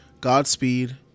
Godspeed